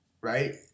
right